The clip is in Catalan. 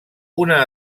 una